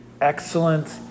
excellent